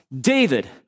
David